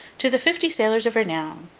to the fifty sailors of renown!